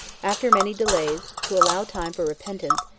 after many delays, to allow time for repentance,